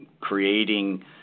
creating